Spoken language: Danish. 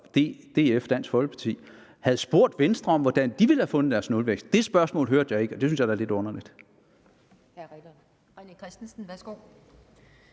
hvis Dansk Folkeparti også havde spurgt Venstre om, hvordan de vil finde deres nulvækst. Det spørgsmål hørte jeg ikke, og det synes jeg da er lidt underligt.